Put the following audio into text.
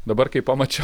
dabar kai pamačiau